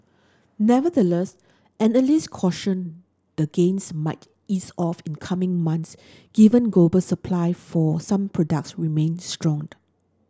nevertheless analysts cautioned the gains might ease off in coming months given global supply for some products remained strong